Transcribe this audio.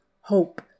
hope